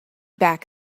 back